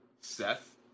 Seth